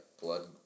blood